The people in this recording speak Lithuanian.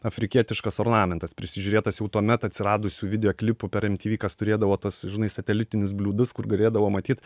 afrikietiškas ornamentas prisižiūrėtas jau tuomet atsiradusių video klipų per mtv kas turėdavo tuos žinai satelitinius bliūdus kur galėdavo matyt